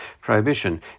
prohibition